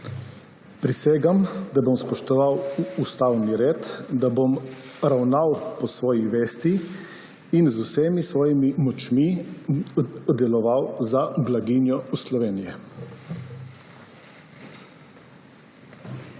Prisegam, da bom spoštoval ustavni red, da bom ravnal po svoji vesti in z vsemi svojimi močmi deloval za blaginjo Slovenije.